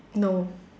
no